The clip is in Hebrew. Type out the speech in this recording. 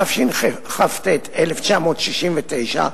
התשכ"ט 1969,